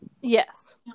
Yes